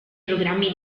programmi